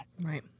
right